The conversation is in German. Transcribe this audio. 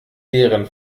deren